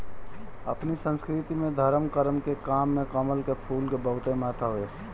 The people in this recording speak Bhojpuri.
अपनी संस्कृति में धरम करम के काम में कमल के फूल के बहुते महत्व हवे